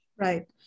Right